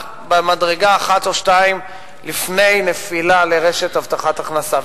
במדרגה אחת או שתיים לפני נפילה לרשת הבטחת הכנסה,